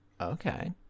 Okay